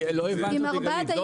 לא הבנת אותי, גלית.